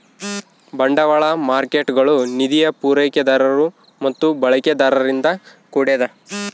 ಬಂಡವಾಳ ಮಾರ್ಕೇಟ್ಗುಳು ನಿಧಿಯ ಪೂರೈಕೆದಾರರು ಮತ್ತು ಬಳಕೆದಾರರಿಂದ ಕೂಡ್ಯದ